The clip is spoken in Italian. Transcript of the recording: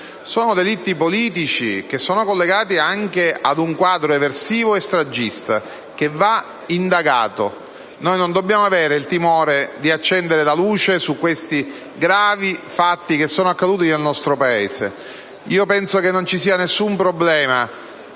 Sono delitti politici collegati ad un quadro eversivo e stragista che va indagato. Noi non dobbiamo avere il timore di accendere la luce su questi gravi fatti che sono accaduti nel nostro Paese. Io penso che non ci sia nessun problema